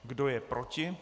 Kdo je proti?